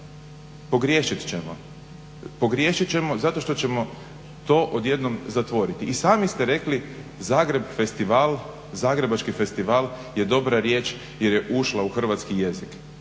pogriješit ćemo. Pogriješit ćemo zato što ćemo to odjednom zatvoriti. I sami ste rekli Zagrebački festival je dobra riječ jer je ušla u hrvatski jezik,